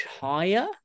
higher